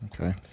Okay